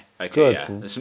okay